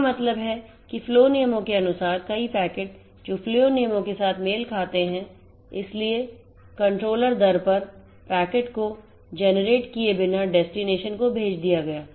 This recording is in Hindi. इसका मतलब है कि फ्लो नियमों के अनुसार कई पैकेट जो फ्लो नियम के साथ मेल खाते हैं इसलिएअकंट्रोलर दर पर पैकेट को generate किए बिना डेस्टिनेशन को भेज दिया गया